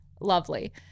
lovely